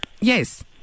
yes